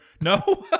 No